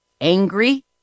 angry